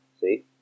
See